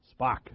Spock